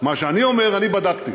מה שאני אומר אני בדקתי